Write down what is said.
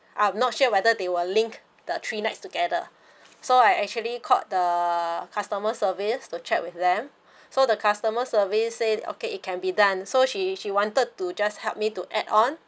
I'm not sure whether they will link the three nights together so I actually called the customer service to check with them so the customer survey say okay it can be done so she she wanted to just help me to add on